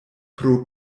pro